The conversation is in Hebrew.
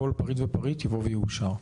כל פריט ופריט יבוא ויאושר.